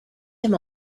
him